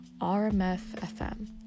RMF-FM